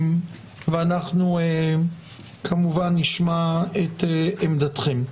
אנחנו, כמובן, נשמע את עמדתכם.